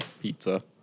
Pizza